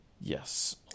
Yes